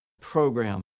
program